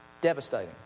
Devastating